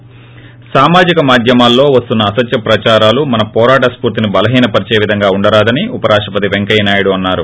ి సామాజిక మాద్యమాల్లో వస్తున్న అసత్య ప్రదారాలు మన హోరాట స్పూర్తిని బలహీన పరిచే విధంగా ఉండరాదని ఉపర్రాష్టపతి పెంకయ్యనాయుడు అన్నారు